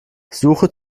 suche